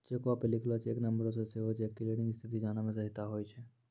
चेको पे लिखलो चेक नंबरो से सेहो चेक क्लियरिंग स्थिति जाने मे सहायता होय छै